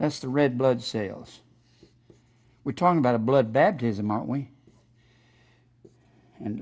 that's the red blood cells we're talking about a blood